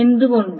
എന്തുകൊണ്ട്